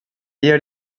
ger